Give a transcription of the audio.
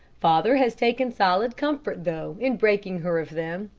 father has taken solid comfort though, in breaking her of them.